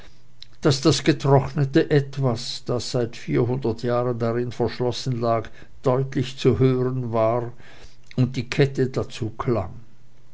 daß das eingetrocknete etwas das seit vierhundert jahren darin verschlossen lag deutlich zu hören war und die kette dazu klang